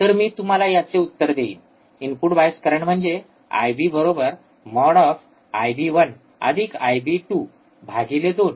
तर मी तुम्हाला याचे उत्तर देईन इनपुट बायस करंट म्हणजे आयबी माॅड आयबी१ आयबी२ २